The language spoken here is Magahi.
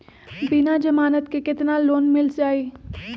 बिना जमानत के केतना लोन मिल जाइ?